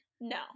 No